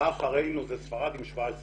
הבאה אחרינו היא ספרד עם 17 אחוזים.